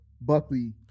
Buckley